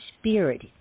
spirit